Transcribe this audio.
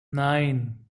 nine